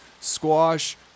squash